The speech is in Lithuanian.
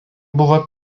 buvo